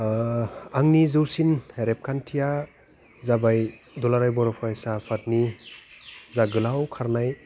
आंनि जौसिन रेबखान्थिया जाबाय दुलाराय बर' फरायसा आफादनि जा गोलाव खारनाय